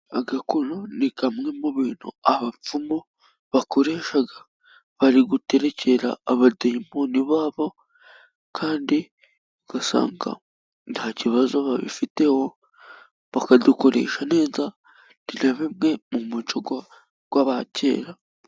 Agakono ni kamwe mu bintu abapfumu bakoresha bari guterekera abadayimoni babo, kandi ugasanga nta kibazo babifiteho bakadukoresha neza, ni nka bimwe mu muco w'abakera.